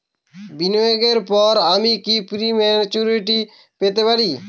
বিনিয়োগের পর আমি কি প্রিম্যচুরিটি পেতে পারি?